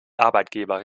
arbeitgeber